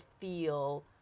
feel